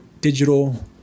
digital